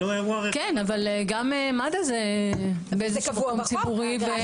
כן, אבל גם מד"א זה באיזשהו מקום ציבורי.